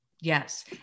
Yes